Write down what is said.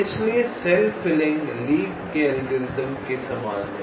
इसलिए cell filling Lee के algorithm के समान है